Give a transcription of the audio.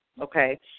okay